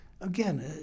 Again